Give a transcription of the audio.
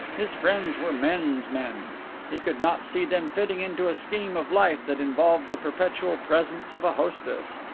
his friends were men's men he could not see them fitting into a scheme of life that involved the perpetual presence of a hostess.